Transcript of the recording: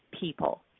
people